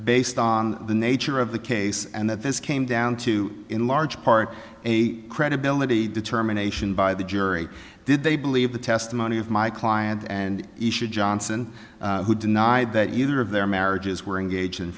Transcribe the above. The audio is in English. based on the nature of the case and that this came down to in large part a credibility determination by the jury did they believe the testimony of my client and issue johnson who denied that either of their marriages were engaged in